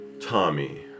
Tommy